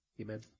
Amen